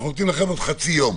אנחנו נותנים לכם עוד חצי יום,